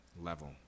level